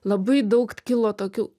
labai daug kilo tokių